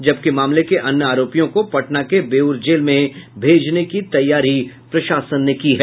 जबकि मामले के अन्य आरोपियों को पटना के बेउर जेल में भेजने की तैयारी प्रशासन ने की है